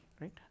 right